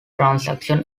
transaction